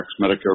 Medicare